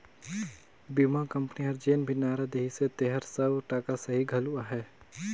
बीमा कंपनी हर जेन भी नारा देहिसे तेहर सौ टका सही घलो अहे